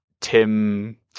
tim